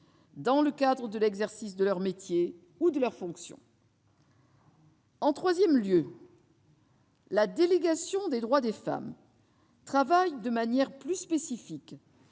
dans le cadre de l'exercice de leur métier ou de leurs fonctions. En troisième lieu, la délégation aux droits des femmes travaille de manière plus spécifique